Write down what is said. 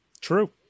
True